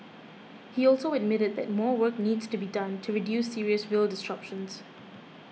he also admitted that more work needs to be done to reduce serious rail disruptions